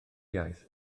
iaith